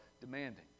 demanding